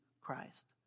Christ